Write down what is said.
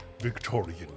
Victorian